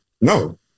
No